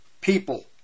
People